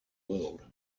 world